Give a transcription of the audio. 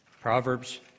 Proverbs